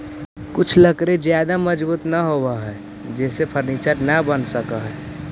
कुछ लकड़ी ज्यादा मजबूत न होवऽ हइ जेसे फर्नीचर न बन सकऽ हइ